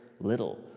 Little